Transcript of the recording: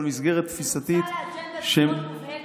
אבל מסגרת תפיסתית --- מנוצל לאג'נדה שהיא מובהקת,